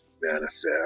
manifest